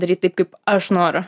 daryt taip kaip aš noriu